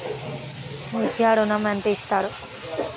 విద్యా ఋణం ఎంత ఇస్తారు?